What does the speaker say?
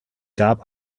gab